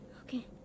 Okay